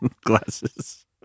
glasses